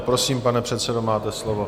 Prosím, pane předsedo, máte slovo.